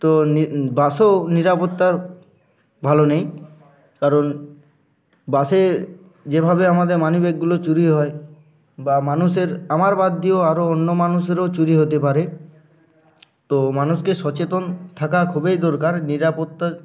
তো বাসেও নিরাপত্তার ভালো নেই কারণ বাসে যেভাবে আমাদের মানিব্যাগগুলো চুরি হয় বা মানুষের আমার বাদ দিয়েও আরও অন্য মানুষেরও চুরি হতে পারে তো মানুষকে সচেতন থাকা খুবই দরকার নিরাপত্তা